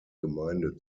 gemeinde